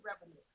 revenue